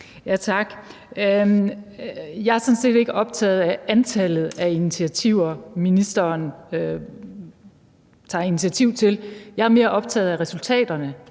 set ikke optaget af antallet af initiativer, ministeren sætter i værk; jeg er mere optaget af resultaterne